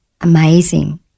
amazing